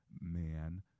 man